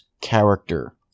character